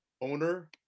owner